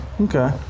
Okay